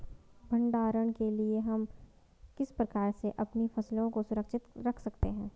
भंडारण के लिए हम किस प्रकार से अपनी फसलों को सुरक्षित रख सकते हैं?